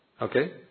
Okay